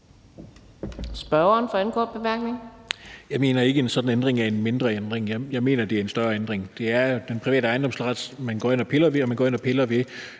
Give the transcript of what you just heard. Steffen Larsen (LA): Jeg mener ikke, at en sådan ændring er en mindre ændring. Jeg mener, at det er en større ændring. Det er den private ejendomsret, man går ind og piller ved, og man går ind og piller ved